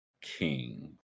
king